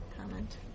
comment